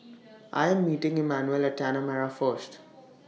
I Am meeting Emanuel At Tanah Merah First